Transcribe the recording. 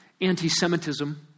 anti-Semitism